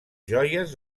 joies